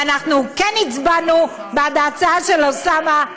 ואנחנו כן הצבענו בעד ההצעה של אוסאמה,